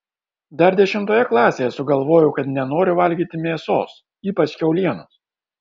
dar dešimtoje klasėje sugalvojau kad nenoriu valgyti mėsos ypač kiaulienos